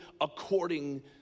according